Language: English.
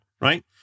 right